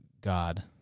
God